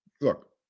Look